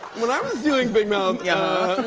when i was doing big mouth. yeah.